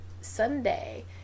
Sunday